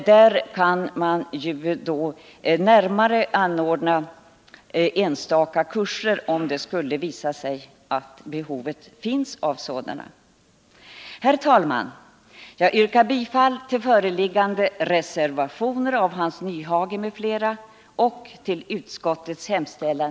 Där kan enstaka kurser anordnas om behov av sådana föreligger. Herr talman! Jag yrkar bifall till reservationerna av Hans Nyhage m.fl. och i övrigt till utskottets hemställan.